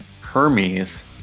Hermes